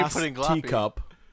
teacup